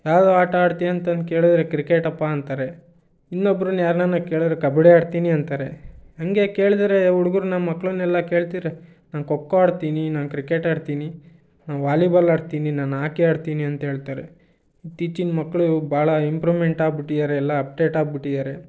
ಯಾವ್ದು ಆಟ ಆಡ್ತೀಯಾಂತಂದು ಕೇಳಿದರೆ ಕ್ರಿಕೆಟಪ್ಪ ಅಂತಾರೆ ಇನ್ನೊಬ್ರನ್ನ ಯಾರ್ನಾರ ಕೇಳಿದ್ರೆ ಕಬ್ಬಡ್ಡಿ ಆಡ್ತೀನಿ ಅಂತಾರೆ ಹಾಗೇ ಕೇಳಿದ್ರೆ ಹುಡುಗರ್ನ ಮಕ್ಳನ್ನೆಲ್ಲ ಕೇಳ್ತಿದ್ರೆ ನಾನು ಖೊ ಖೋ ಆಡ್ತೀನಿ ನಾನು ಕ್ರಿಕೆಟ್ ಆಡ್ತೀನಿ ನಾನು ವಾಲಿಬಾಲ್ ಆಡ್ತೀನಿ ನಾನು ಆಕಿ ಆಡ್ತೀನಿ ಅಂತ ಹೇಳ್ತಾರೆ ಇತ್ತೀಚಿನ ಮಕ್ಕಳು ಭಾಳ ಇಂಪ್ರೂವ್ಮೆಂಟ್ ಆಗ್ಬಿಟ್ಟಿಯಾರೆ ಎಲ್ಲ ಅಪ್ಡೇಟ್ ಆಗ್ಬಿಟ್ಟಿದಾರೆ